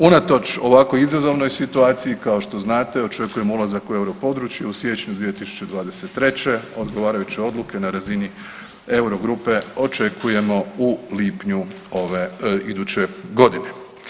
Unatoč ovako izazovnoj situaciji, kao što znate, očekujemo ulazak u Euro područje, u siječnju 2023., odgovarajuće odluke na razini euro grupe očekujemo u lipnju ove, iduće godine.